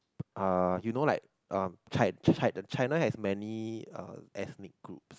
uh you know like uh chi~ chi~ the China has many ethnic groups